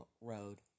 road